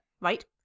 right